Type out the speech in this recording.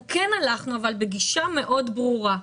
אנחנו כן הלכנו בגישה מאוד ברורה.